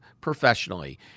professionally